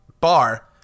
bar